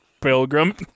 pilgrim